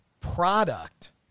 product